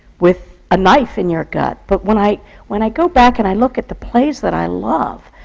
with a knife in your gut? but when i when i go back and i look at the plays that i love,